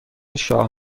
شاه